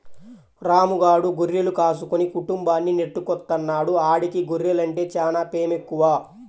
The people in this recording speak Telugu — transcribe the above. రాము గాడు గొర్రెలు కాసుకుని కుటుంబాన్ని నెట్టుకొత్తన్నాడు, ఆడికి గొర్రెలంటే చానా పేమెక్కువ